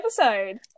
episode